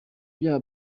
byaha